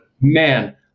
Man